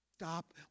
stop